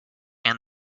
and